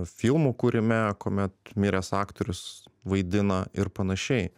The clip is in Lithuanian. filmų kūrime kuomet miręs aktorius vaidina ir panašiai